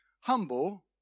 humble